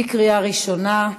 בקריאה ראשונה.